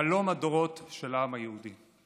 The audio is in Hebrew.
חלום הדורות של העם היהודי.